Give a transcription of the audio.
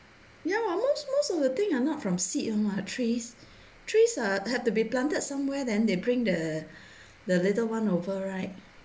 ya hor most most of the thing are not from seeds one mah trees trees ah had to be planted somewhere then they bring the the little one over right